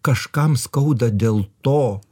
kažkam skauda dėl to